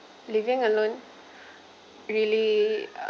living alone really uh